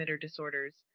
disorders